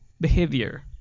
behavior